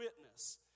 witness